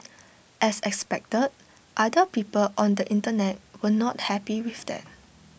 as expected other people on the Internet were not happy with that